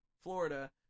Florida